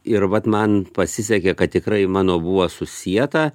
ir vat man pasisekė kad tikrai mano buvo susieta